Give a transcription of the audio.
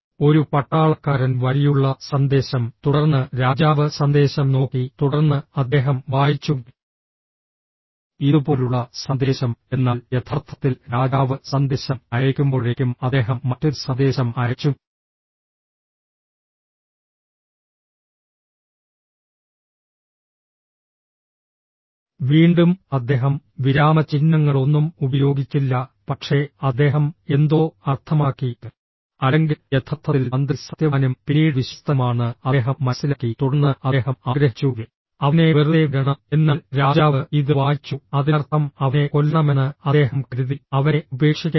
ഒരു പട്ടാളക്കാരൻ വഴിയുള്ള സന്ദേശം തുടർന്ന് രാജാവ് സന്ദേശം നോക്കി തുടർന്ന് അദ്ദേഹം വായിച്ചു ഇതുപോലുള്ള സന്ദേശം എന്നാൽ യഥാർത്ഥത്തിൽ രാജാവ് സന്ദേശം അയയ്ക്കുമ്പോഴേക്കും അദ്ദേഹം മറ്റൊരു സന്ദേശം അയച്ചു വീണ്ടും അദ്ദേഹം വിരാമചിഹ്നങ്ങളൊന്നും ഉപയോഗിച്ചില്ല പക്ഷേ അദ്ദേഹം എന്തോ അർത്ഥമാക്കി അല്ലെങ്കിൽ യഥാർത്ഥത്തിൽ മന്ത്രി സത്യവാനും പിന്നീട് വിശ്വസ്തനുമാണെന്ന് അദ്ദേഹം മനസ്സിലാക്കി തുടർന്ന് അദ്ദേഹം ആഗ്രഹിച്ചു അവനെ വെറുതെ വിടണം എന്നാൽ രാജാവ് ഇത് വായിച്ചു അതിനർത്ഥം അവനെ കൊല്ലണമെന്ന് അദ്ദേഹം കരുതി അവനെ ഉപേക്ഷിക്കരുത്